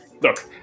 look